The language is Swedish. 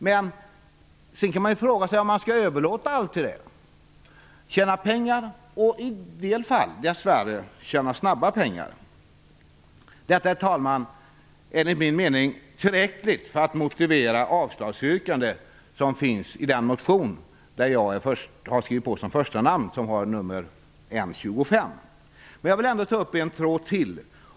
Men man kan fråga sig om man skall överlåta allt till ett sådant system. Detta, herr talman, är enligt min mening tillräckligt för att motivera det avslagsyrkande som finns i den motion där jag står som första namn och vars beteckning är 1994/95:N25. Jag vill ändå ta upp en tråd till.